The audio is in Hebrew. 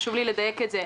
חשוב לי לדייק את זה.